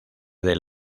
del